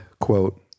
quote